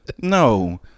No